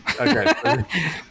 Okay